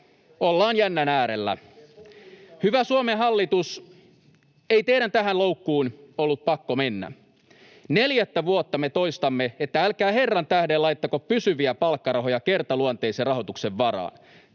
Ollaan jännän äärellä. Hyvä Suomen hallitus, ei teidän tähän loukkuun ollut pakko mennä. Neljättä vuotta me toistamme, että älkää herran tähden laittako pysyviä palkkarahoja kertaluonteisen rahoituksen varaan.